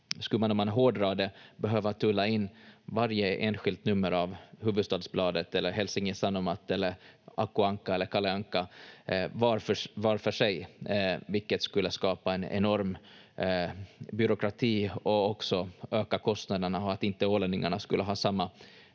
man, om man hårdrar det, behöva tulla in varje enskilt nummer av Hufvudstadsbladet eller Helsingin Sanomat eller Aku Ankka eller Kalle Anka vart för sig, vilket skulle skapa en enorm byråkrati och också öka kostnaderna och att inte ålänningarna skulle ha samma